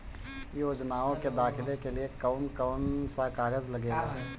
योजनाओ के दाखिले के लिए कौउन कौउन सा कागज लगेला?